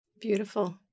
beautiful